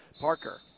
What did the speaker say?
Parker